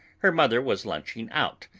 her mother was lunching out,